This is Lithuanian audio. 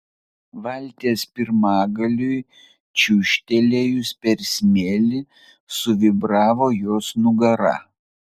valties pirmagaliui čiūžtelėjus per smėlį suvibravo jos nugara